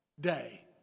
day